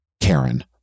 Karen